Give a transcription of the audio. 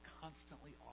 constantly